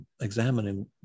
examining